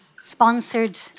sponsored